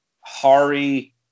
Hari